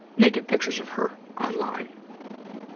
naked pictures of her online,